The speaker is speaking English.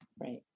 Right